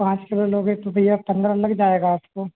पाँच किलो लोगे तो भईया पंद्रह लग जाएगा आपको